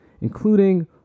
including